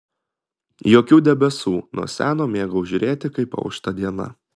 jokių debesų nuo seno mėgau žiūrėti kaip aušta diena